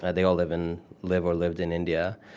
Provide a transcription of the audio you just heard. they all live in live or lived, in india.